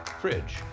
Fridge